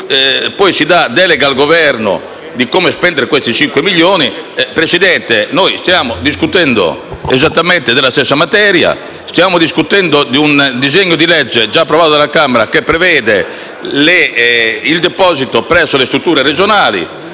si dà delega al Governo di come spendere i 5 milioni di euro stanziati. Presidente, stiamo discutendo esattamente della stessa materia. Stiamo esaminando un disegno di legge, già approvato dalla Camera, che prevede il deposito presso le strutture regionali.